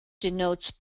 denotes